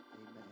Amen